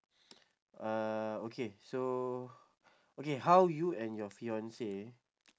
uh okay so okay how you and your fiance